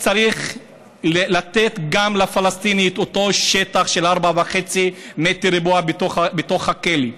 צריך לתת גם לפלסטיני את אותו שטח של 4.5 מטר רבוע בתוך הכלא.